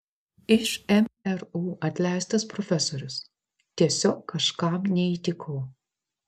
iš mru atleistas profesorius tiesiog kažkam neįtikau